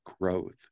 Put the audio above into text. growth